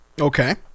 okay